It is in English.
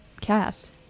cast